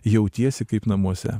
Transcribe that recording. jautiesi kaip namuose